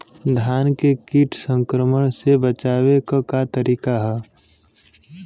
धान के कीट संक्रमण से बचावे क का तरीका ह?